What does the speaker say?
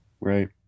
right